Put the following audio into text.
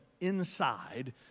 inside